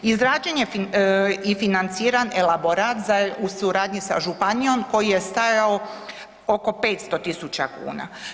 Izrađen je i financiran elaborat u suradnji sa županijom koji je stajao oko 500.000 kuna.